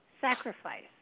sacrifice